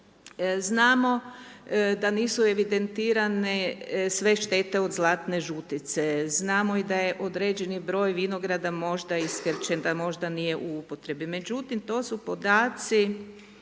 Znamo da nisu evidentirane sve štete od zlatne žutice, znamo da je i određeni broj vinograda možda iskrčen, možda nije u upotrebi, međutim, to su podaci